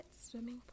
swimming